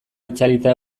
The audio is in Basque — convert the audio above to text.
itzalita